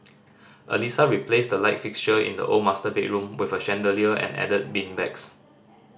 Alissa replaced the light fixture in the old master bedroom with a chandelier and added beanbags